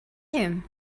him